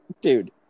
Dude